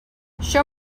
show